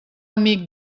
amic